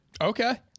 Okay